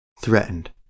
threatened